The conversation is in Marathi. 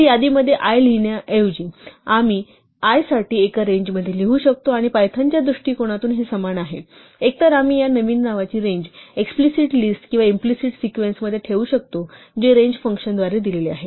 तर यादीमध्ये i साठी लिहिण्याऐवजी आम्ही i साठी एका रेंजमध्ये लिहू शकतो आणि पायथनच्या दृष्टिकोनातून हे समान आहे एकतर आम्ही या नवीन नावाची रेंज एक्सप्लिसिट लिस्ट किंवा इम्प्लिसिट सिकवेन्स मध्ये ठेवू शकतोजे रेंज फंक्शनद्वारे दिलेले आहे